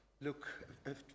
look